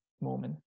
moment